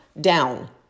down